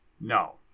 No